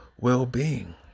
well-being